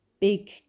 big